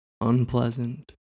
unpleasant